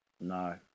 No